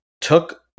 took